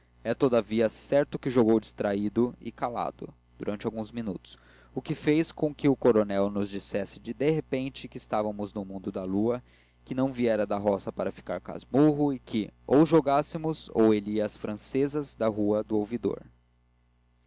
é todavia certo que jogou distraído e calado durante alguns minutos o que faz com que o coronel nos dissesse de repente que estávamos no mundo da lua que não viera da roga para ficar casmurro e que ou jogássemos ou ele ia às francesas da rua do ouvidor